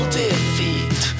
defeat